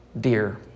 Dear